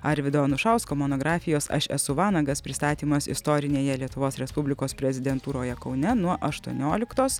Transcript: arvydo anušausko monografijos aš esu vanagas pristatymas istorinėje lietuvos respublikos prezidentūroje kaune nuo aštuonioliktos